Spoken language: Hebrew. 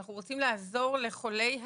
אנחנו רוצים לעזור לחולי הכליות,